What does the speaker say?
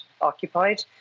occupied